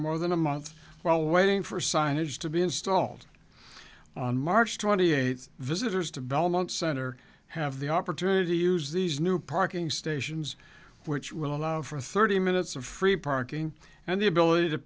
more than a month while waiting for signage to be installed on march twenty eighth visitors to belmont center have the opportunity use these new parking stations which will allow for thirty minutes of free parking and the ability to